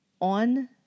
on